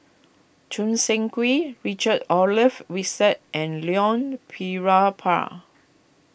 Choo Seng Quee Richard Olaf Winstedt and Leon